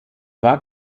war